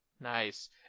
Nice